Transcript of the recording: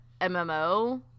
MMO